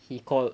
he called